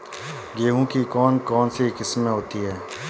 गेहूँ की कौन कौनसी किस्में होती है?